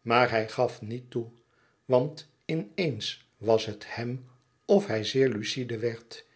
maar hij gaf niet toe e ids aargang ant in eens was het hem of hij zeer lucide werd